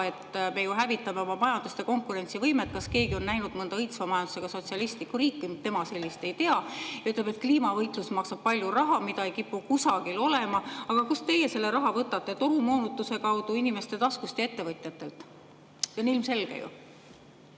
et me ju hävitame oma majandust ja konkurentsivõimet. Kas keegi on näinud mõnda õitsva majandusega sotsialistlikku riiki? Tema sellist ei tea. Ta ütleb, et kliimavõitlus maksab palju raha, mida ei kipu kusagil olema. Aga kust teie selle raha võtate? Turumoonutuste hinnaga inimeste taskust ja ettevõtjatelt, see on ju ilmselge.